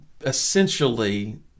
essentially